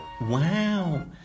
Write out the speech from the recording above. Wow